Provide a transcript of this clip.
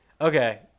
Okay